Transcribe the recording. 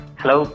hello